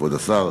כבוד השר,